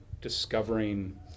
discovering